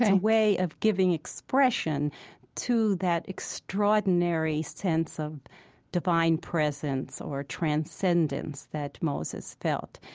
and way of giving expression to that extraordinary sense of divine presence or transcendence that moses felt.